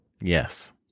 Yes